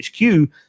HQ